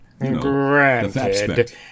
Granted